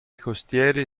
costiere